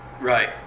Right